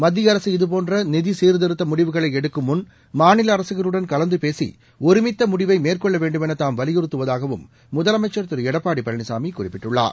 மத்திய அரசு இதுபோன்ற நிதி சீர்திருத்த முடிவுகளை எடுக்கும் முன் மாநில அரசுகளுடன் கலந்து பேசி ஒருமித்த முடிவை மேற்கொள்ள வேண்டுமென தாம் வலியுறத்துவதாகவும் முதலமைச்சா் திரு எடப்பாடி பழனிசாமி குறிப்பிட்டுள்ளார்